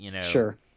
Sure